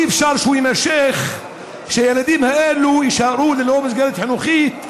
אי-אפשר שהוא יימשך ושהילדים האלה יישארו ללא מסגרת חינוכית,